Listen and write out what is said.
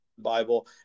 Bible